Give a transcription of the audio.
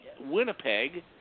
Winnipeg